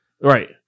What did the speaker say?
right